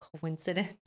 coincidence